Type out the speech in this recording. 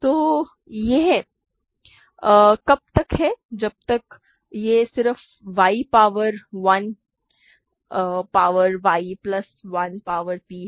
तो यह तब तक है जब तक यह सिर्फ y power 1 power y plus 1 power p है